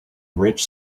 rich